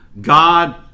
God